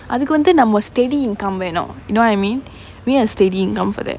அதுக்கு வந்து நம்ம:athukku vanthu namma steady income வேணும்:venum you know what I mean we need a steady income for that